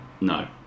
no